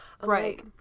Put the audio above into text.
Right